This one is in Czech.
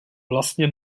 vlastně